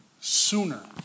sooner